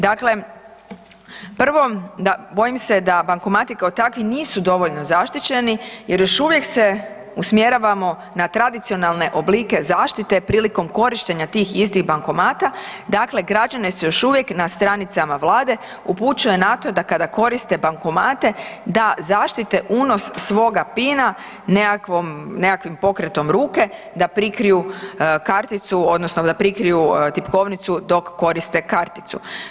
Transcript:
Dakle, prvo bojim se da bankomati kao takvi nisu dovoljno zaštićeni jer još uvijek se usmjeravamo na tradicionalne oblike zaštite prilikom korištenja tih istih bankomata, dakle građane se još uvijek na stranicama Vlade upućuje na to da kada koriste bankomate da zaštite unos svoga pina nekakvom, nekakvim pokretom ruke da prikriju karticu odnosno da prikriju tipkovnicu dok koriste karticu.